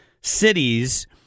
cities